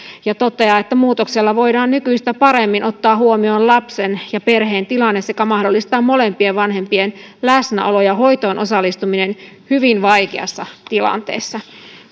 ja toteaa että muutoksella voidaan nykyistä paremmin ottaa huomioon lapsen ja perheen tilanne sekä mahdollistaa molempien vanhempien läsnäolo ja hoitoon osallistuminen hyvin vaikeassa tilanteessa